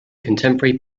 contemporary